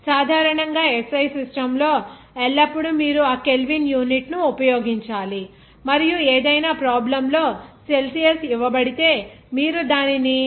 సాధారణంగా SI system లో ఎల్లప్పుడూ మీరు ఆ కెల్విన్ యూనిట్ను ఉపయోగించాలి మరియు ఏదైనా ప్రాబ్లెమ్ లో సెల్సియస్ ఇవ్వబడితే మీరు దానిని 273